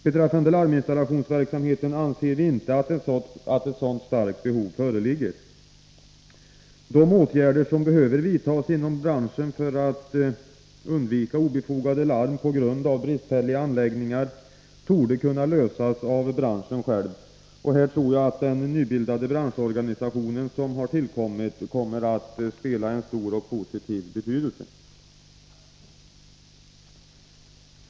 Beträffande larminstallationsverksamheten anser vi inte att ett sådant starkt behov föreligger. De åtgärder som behövs inom branschen för att undvika obefogade larm på grund av bristfälliga anläggningar torde kunna vidtas av branschen själv. Här tror jag att den nybildade branschorganisationen kommer att ha en stor betydelse.